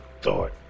thought